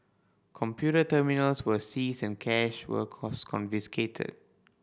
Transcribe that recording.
computer terminals were seized and cash was confiscated